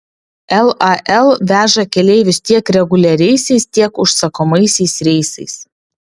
lal veža keleivius tiek reguliariaisiais tiek užsakomaisiais reisais